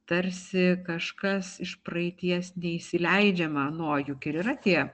tarsi kažkas iš praeities neįsileidžiama na o juk ir yra tie